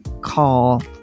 call